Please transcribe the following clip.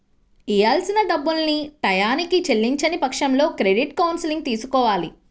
ఇయ్యాల్సిన డబ్బుల్ని టైయ్యానికి చెల్లించని పక్షంలో క్రెడిట్ కౌన్సిలింగ్ తీసుకోవాలి